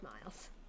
miles